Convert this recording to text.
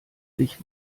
sich